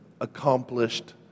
accomplished